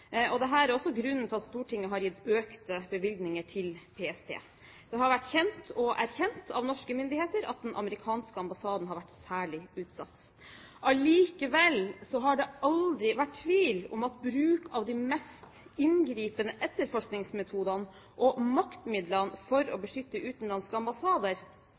er også grunnen til at Stortinget har gitt økte bevilgninger til PST. Det har vært kjent og erkjent av norske myndigheter at den amerikanske ambassaden har vært særlig utsatt. Allikevel har det aldri vært tvil om at bruk av de mest inngripende etterforskningsmetodene og maktmidlene for å beskytte utenlandske ambassader